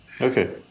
okay